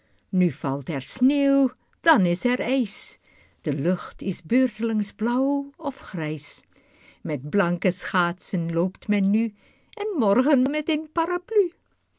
nu valt er sneeuw dan is er ijs de lucht is beurt'lings blauw of grijs met blanke schaatsen loopt men nu